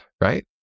right